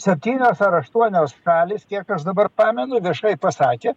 septynios ar aštuonios šalys kiek aš dabar pamenu viešai pasakė